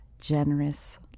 generous